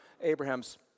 Abraham's